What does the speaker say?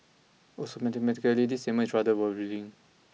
also mathematically this statement is rather worrying